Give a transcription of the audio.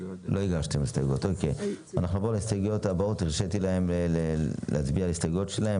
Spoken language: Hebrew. אנחנו אומרים שזה באישור ועדת החוקה.